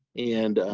and,